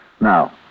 Now